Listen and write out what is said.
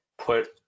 put